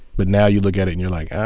but now you look at it and you're like, ah,